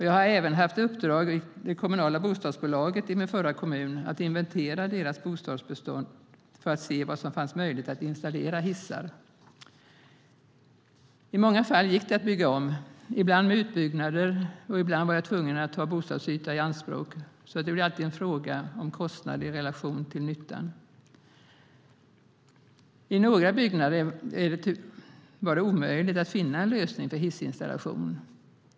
Jag har även haft i uppdrag av det kommunala bostadsbolaget i min förra kommun att inventera deras bostadsbestånd för att se var det fanns möjlighet att installera hissar. I många fall gick det att bygga om, ibland med utbyggnader, och ibland var jag tvungen att ta bostadsyta i anspråk, så det blir alltid en fråga om kostnad i relation till nytta. I några byggnader var det omöjligt att finna en lösning för hissinstallation.